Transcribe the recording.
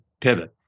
pivot